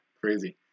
crazy